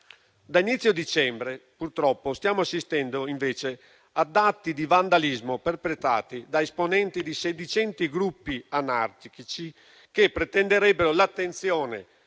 Da inizio dicembre, purtroppo, stiamo assistendo invece ad atti di vandalismo perpetrati da esponenti di sedicenti gruppi anarchici che pretenderebbero l'attenuazione